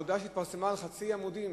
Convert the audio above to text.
מודעה שהתפרסמה על חצאי עמודים